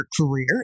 career